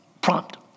prompt